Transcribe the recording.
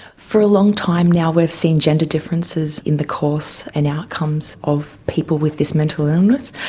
for a long time now we've seen gender differences in the course and outcomes of people with this mental illness.